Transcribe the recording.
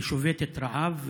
היא שובתת רעב,